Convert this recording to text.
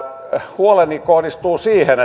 huoleni kohdistuu siihen